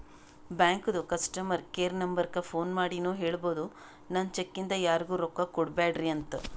ಬ್ಯಾಂಕದು customer care ನಂಬರಕ್ಕ phone ಮಾಡಿನೂ ಹೇಳ್ಬೋದು, ನನ್ ಚೆಕ್ ಇಂದ ಯಾರಿಗೂ ರೊಕ್ಕಾ ಕೊಡ್ಬ್ಯಾಡ್ರಿ ಅಂತ